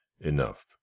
enough